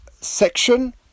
section